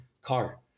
car